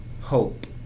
hope